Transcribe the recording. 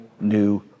new